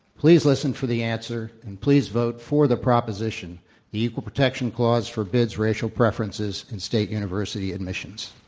please listen for the answer and please vote for the proposition the equal protection clause forbids racial preferences in state university admissions.